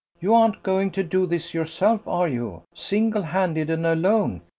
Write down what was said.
you aren't going to do this yourself, are you? single handed and alone?